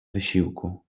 wysiłku